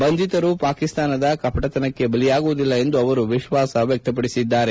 ಬಂಧಿತರು ಪಾಕಿಸ್ತಾನದ ಕಪಟತನಕ್ಕೆ ಬಲಿಯಾಗುವುದಿಲ್ಲ ಎಂದು ಅವರು ವಿಶ್ವಾಸ ವ್ಯಕ್ತಪಡಿಸಿದ್ದಾರೆ